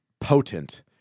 potent